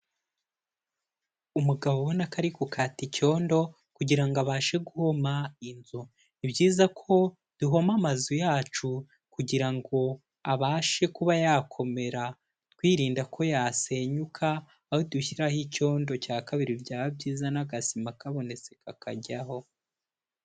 Umugabo ubona ari gukata icyondo kugira ngo abashe guhoma inzu, ni byiza ko duhoma amazu yacu kugira ngo abashe kuba yakomera twirinda ko yasenyuka, aho dushyiraho icyondo cya kabiri byaba byiza n'agasima kabonetse kakajyaho.